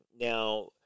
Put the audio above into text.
Now